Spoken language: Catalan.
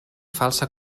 falsa